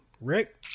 Rick